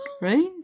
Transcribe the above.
Right